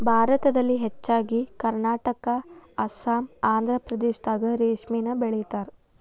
ಭಾರತದಲ್ಲಿ ಹೆಚ್ಚಾಗಿ ಕರ್ನಾಟಕಾ ಅಸ್ಸಾಂ ಆಂದ್ರಪ್ರದೇಶದಾಗ ರೇಶ್ಮಿನ ಬೆಳಿತಾರ